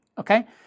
Okay